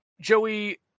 Joey